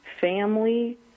family